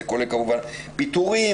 וזה כולל כמובן פיטורים,